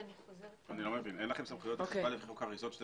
אני לא מבין, אין לכם סמכויות אכיפה לחוק האריזות?